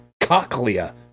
Cochlea